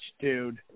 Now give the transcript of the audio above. dude